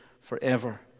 forever